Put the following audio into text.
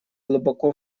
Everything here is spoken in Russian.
глубоко